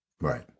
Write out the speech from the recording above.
Right